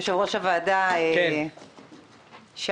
יושב-ראש הוועדה, שאול,